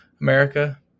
America